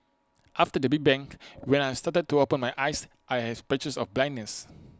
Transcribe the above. after the big bang when I started to open my eyes I had patches of blindness